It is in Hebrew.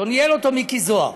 ניהל אותו מיקי זוהר.